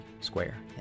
Square